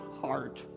heart